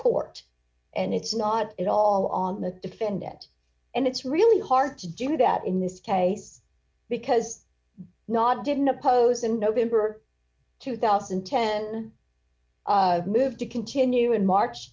court and it's not at all on the defendant and it's really hard to do that in this case because not didn't oppose in november two thousand and ten move to continue in march